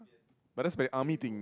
but that's very army thing